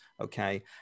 Okay